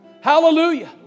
Hallelujah